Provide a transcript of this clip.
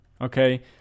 okay